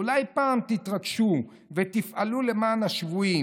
אולי פעם תתרגשו ותפעלו למען השבויים?